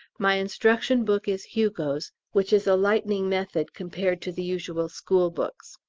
my instruction book is hugo's, which is a lightning method compared to the usual school-books.